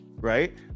right